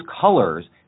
colors